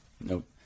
Nope